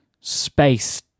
space